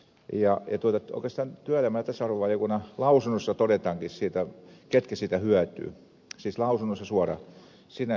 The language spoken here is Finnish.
oikeastaan työelämä ja tasa arvovaliokunnan lausunnossa todetaankin siitä ketkä siitä hyötyvät siis lausunnossa suoraan